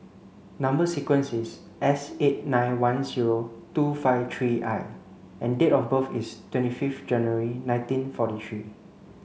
number sequence is S eight nine one zero two five three I and date of birth is twenty fifth January nineteen forty three